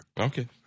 Okay